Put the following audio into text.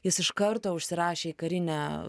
jis iš karto užsirašė į karinę